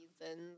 reasons